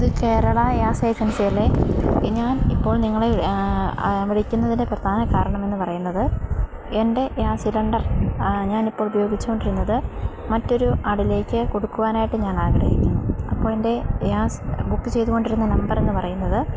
ഇത് Kerala gas agency അല്ലേ ഞാൻ ഇപ്പോൾ നിങ്ങളെ വിളിക്കുന്നതിൻ്റെ പ്രധാന കാരണമെന്നു പറയുന്നത് എൻ്റെ ഗ്യാസ് സിലിണ്ടർ ഞാനിപ്പോൾ ഉപയോഗിച്ചു കൊണ്ടിരുന്നത് മറ്റൊരു ആളിലേക്ക് കൊടുക്കുവാനായിട്ട് ഞാൻ ആഗ്രഹിക്കുന്നു അപ്പോൾ എൻ്റെ ഗ്യാസ് ബുക്ക് ചെയ്തു കൊണ്ടിരുന്ന നമ്പറെന്നു പറയുന്നത്